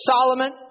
Solomon